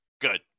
Good